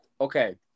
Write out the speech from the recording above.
Okay